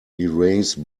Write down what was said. erase